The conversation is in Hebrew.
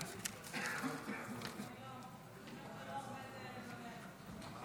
תומך טרור עומד לדבר.